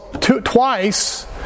twice